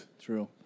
True